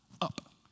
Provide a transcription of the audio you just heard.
up